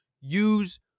use